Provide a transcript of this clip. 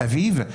"אביב",